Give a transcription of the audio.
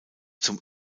zum